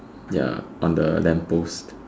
ya on the lamp post